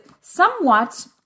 somewhat